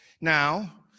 Now